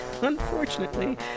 unfortunately